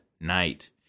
night